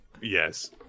Yes